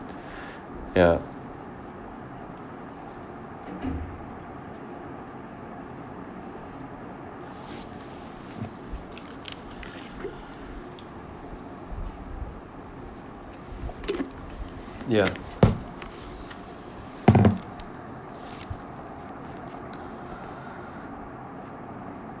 ya ya